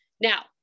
Now